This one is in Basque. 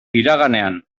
iraganean